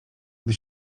gdy